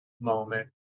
moment